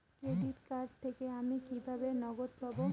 Credit card থেকে আমি কিভাবে নগদ পাব?